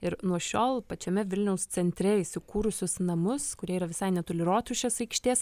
ir nuo šiol pačiame vilniaus centre įsikūrusius namus kurie yra visai netoli rotušės aikštės